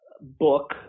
book